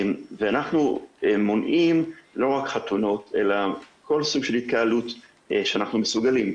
ואנחנו מונעים לא רק חתונות אלא כל סוג של התקהלות שאנחנו מסוגלים.